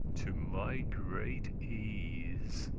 to my great ease